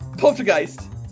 poltergeist